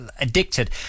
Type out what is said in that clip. addicted